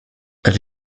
elle